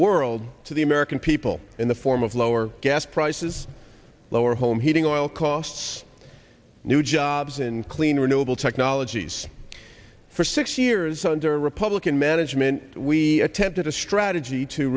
world to the american people in the form of lower gas prices lower home heating oil costs new jobs in clean renewable technologies for six years under republican management we attempted a strategy to